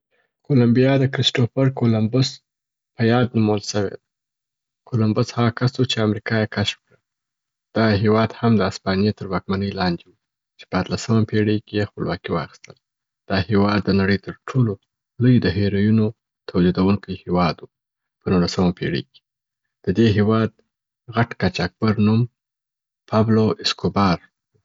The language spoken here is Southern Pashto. کولمبیا د کریسټوپر کولمبس په یاد نومول سوې ده. کولمبس هغه کس و چې امریکا یې کشف کړه. دغه هیواد هم د هسپانيې تر واکمنۍ لاندي و چې په اتلسمه پیړۍ کې یې خپلواکي واخیستل. دا هیواد د نړۍ تر ټولو لوی د هیروینو تولیدونکي هیواد و په نولسمه پیړۍ کي. د دې هیواد د غټ قاچاقبر نوم پبلو ایسکوبار.